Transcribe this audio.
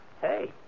Hey